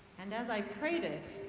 and as i prayed it,